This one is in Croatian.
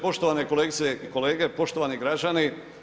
Poštovane kolegice i kolege, poštovani građani.